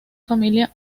familia